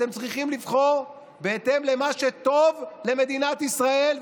אתם צריכים לבחור בהתאם למה שטוב למדינת ישראל.